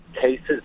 cases